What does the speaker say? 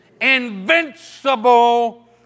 Invincible